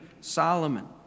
Solomon